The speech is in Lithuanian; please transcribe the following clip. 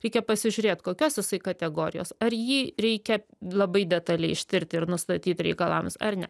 reikia pasižiūrėt kokios jisai kategorijos ar jį reikia labai detaliai ištirt ir nustatyt reikalavimus ar ne